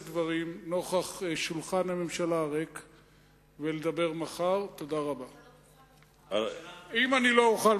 לקחת את עיר הבירה ולהתייחס אליה אחרת מכפי שאתם נוהגים.